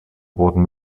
wurden